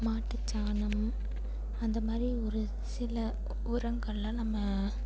மாட்டுச்சாணம் அந்த மாதிரி ஒரு சில உரங்கள்லாம் நம்ம